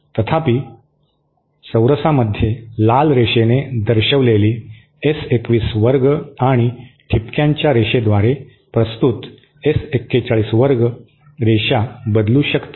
तथापि चौरसामध्ये लाल रेषेने दर्शविलेली एस 21 वर्ग आणि ठिपक्यांच्या रेषेद्वारे प्रस्तुत एस 41 वर्ग रेषा बदलू शकतील